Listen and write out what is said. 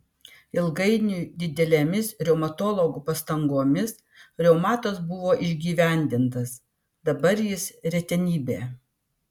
ilgainiui didelėmis reumatologų pastangomis reumatas buvo išgyvendintas dabar jis retenybė